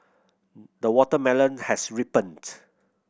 the watermelon has ripened